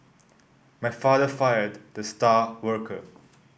my father fired the star worker